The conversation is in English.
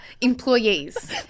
employees